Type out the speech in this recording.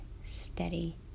steady